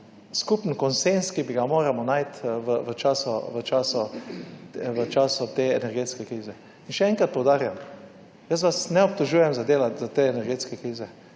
skupen konsenz, ki bi ga moramo najti v času te energetske krize. In še enkrat poudarjam, jaz vas ne obtožujem za delati za te energetske krize.